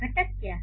घटक क्या है